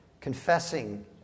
confessing